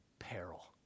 peril